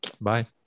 Bye